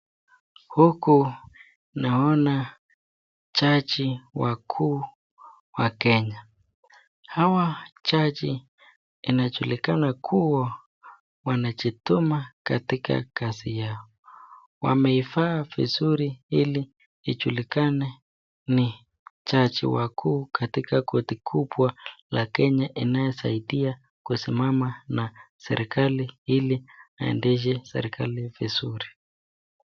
Huku naona chaji wakuu wa Kenya. Hawa chaji inajulikana kuwa wanjituma katika kazi yao. Wameifaa vizuri ili ijulikane ni chaji wakuu katika koti kubwa la Kenya inasaidia kusimama na serikali ili aendeshe serikali vizuri.